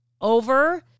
over